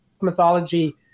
mythology